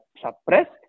suppressed